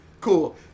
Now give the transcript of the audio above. Cool